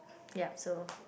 yep so